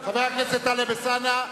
חבר הכנסת טלב אלסאנע,